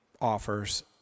offers